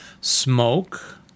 smoke